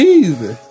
easy